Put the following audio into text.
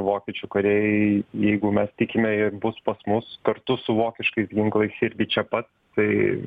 vokiečių kariai jeigu mes tikime jie bus pas mus kartu su vokiškais ginklais irgi čia pat tai